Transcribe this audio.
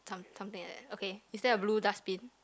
some something like that okay is there a blue dustbin